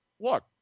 look